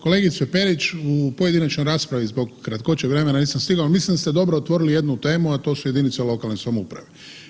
Kolegice Perić u pojedinačnoj raspravi zbog kratkoće vremena nisam stigao, mislim da ste dobro otvorili jednu temu, a to su jedinice lokalne samouprave.